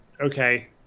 okay